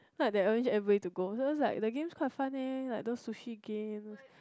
then like they arrange everybody to go so is like the games quite fun leh like those sushi games